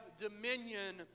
dominion